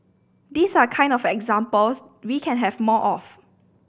these are kind of examples we can have more of